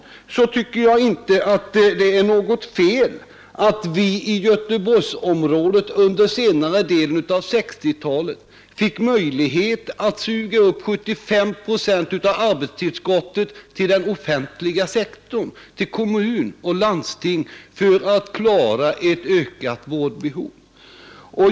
Jag tycker inte att det är något fel att vi i Göteborgsområdet under senare delen av 1960-talet fick möjlighet att suga upp 75 procent av arbetstillskottet till den offentliga sektorn, till kommun och landsting, för att klara ett ökat vårdbehov.